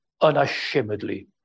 unashamedly